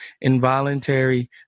involuntary